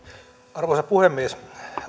arvoisa puhemies olen